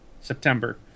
September